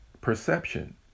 perception